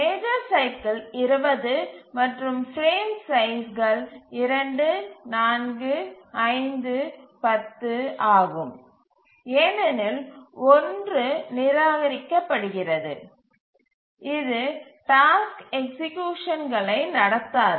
major cycle 20 மற்றும் frame size கள் 2 4 5 10 ஆகும் ஏனெனில் 1 நிராகரிக்கப்படுகிறது இது டாஸ்க் எக்சீக்யூசன் களை நடத்தாது